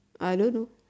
I don't know